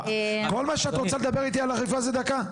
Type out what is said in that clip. כל מה שאת רוצה לדבר איתי על אכיפה זה רק דקה?